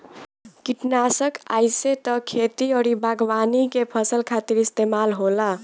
किटनासक आइसे त खेती अउरी बागवानी के फसल खातिर इस्तेमाल होला